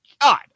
God